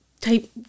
type